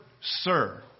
Sir